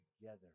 Together